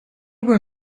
were